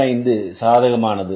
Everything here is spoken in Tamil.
25 சாதகமானது